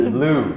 Blue